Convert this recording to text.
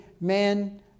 man